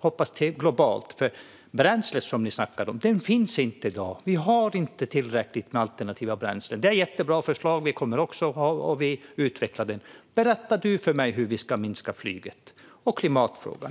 förhoppningsvis globalt? Bränslet som ni snackar om finns inte i dag. Vi har inte tillräckligt med alternativa bränslen. Det är jättebra förslag - vi kommer också att utveckla dem. Berätta för mig hur vi ska minska flyget och om klimatfrågan!